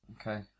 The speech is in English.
Okay